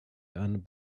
and